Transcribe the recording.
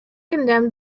condemned